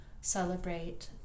celebrate